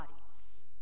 bodies